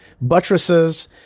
buttresses